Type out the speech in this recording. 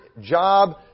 job